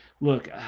look